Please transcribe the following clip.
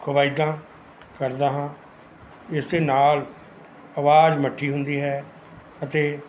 ਕਵਾਇਤਾਂ ਕਰਦਾ ਹਾਂ ਇਸਦੇ ਨਾਲ ਆਵਾਜ਼ ਮਿੱਠੀ ਹੁੰਦੀ ਹੈ ਅਤੇ